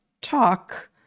talk